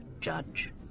judge